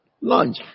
lunch